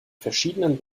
verschieden